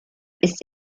ist